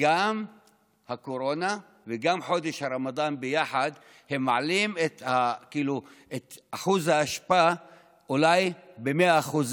גם הקורונה וגם חודש הרמדאן ביחד מעלים את שיעור האשפה אולי ב-100%.